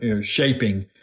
shaping